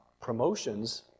promotions